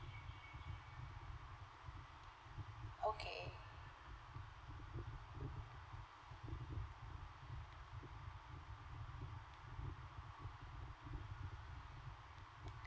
okay